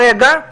אני מבקשת